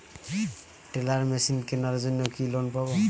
Teller machine কেনার জন্য কি লোন পাব?